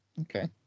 Okay